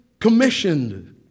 commissioned